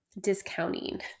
discounting